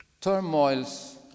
turmoils